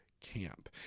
camp